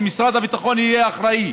משרד הביטחון יהיה אחראי,